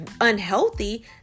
unhealthy